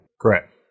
Correct